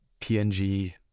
PNG